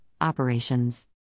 Operations